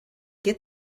get